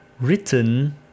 written